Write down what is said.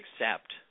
accept